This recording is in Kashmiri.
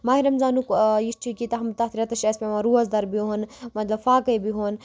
ماہِ رمضانُک یہِ چھِ کہِ تَتھ تَتھ رٮ۪تَس چھِ اَسہِ پٮ۪وان روزدَر بِہُن مطلب فاقَے بِہُن